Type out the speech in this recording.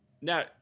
Now